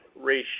ratio